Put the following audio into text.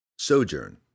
SOJOURN